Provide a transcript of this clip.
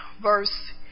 verse